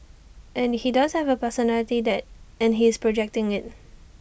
and he does not have A personality and he is projecting IT